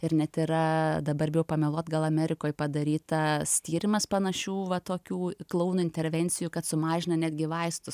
ir net yra dabar bijau pameluot gal amerikoj padarytas tyrimas panašių va tokių klounų intervencijų kad sumažina netgi vaistų